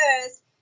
first